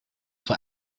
for